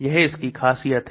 यह इसकी खासियत है